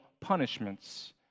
punishments